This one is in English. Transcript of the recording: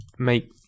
make